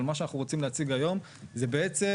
אבל מה שאנחנו רוצים להציג היום זה בעצם